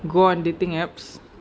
go on dating apps